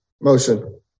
Motion